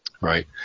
Right